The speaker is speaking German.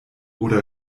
oder